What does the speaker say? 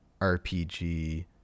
RPG